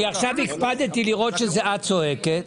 אני עכשיו הפקדתי לראות שזה את צועקת.